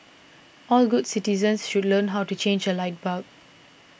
all good citizens should learn how to change a light bulb